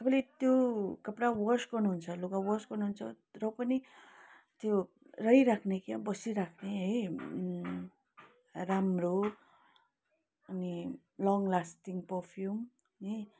तपाईँले त्यो कपडा वास गर्नुहुन्छ लुगा वास गर्नुहुन्छ र पनि त्यो रहिराख्ने क्या अब बसिराख्ने है राम्रो अनि लङ्ग लास्टिङ परफ्युम नि